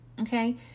Okay